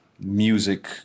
music